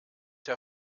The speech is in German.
der